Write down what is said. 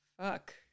Fuck